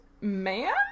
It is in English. man